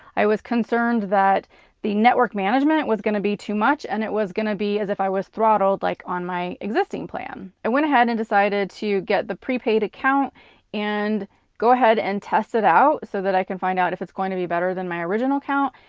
i was concerned that the network management was gonna be too much and it was gonna be as if i was throttled like on my existing plan. i went ahead and decided to get the prepaid account and go ahead and test it out so that i can find out if it's going to be better than my original account.